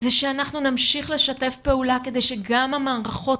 זה שאנחנו נמשיך לשתף פעולה כדי שגם המערכות